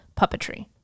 puppetry